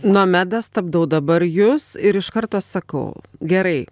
nomeda stabdau dabar jus ir iš karto sakau gerai